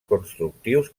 constructius